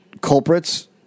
culprits